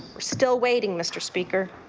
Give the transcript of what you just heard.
we're still waiting, mr. speaker.